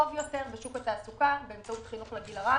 יותר בשוק התעסוקה באמצעות חינוך לגיל הרך,